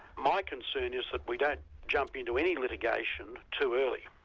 my concern is that we don't jump into any litigation too early.